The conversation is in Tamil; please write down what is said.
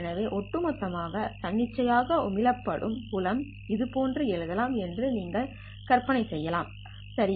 எனவே ஒட்டுமொத்தமாக தன்னிச்சையாக உமிழப்படும் புலம் இதுபோன்று எழுதலாம் என்று நீங்கள் கற்பனை செய்யலாம் சரி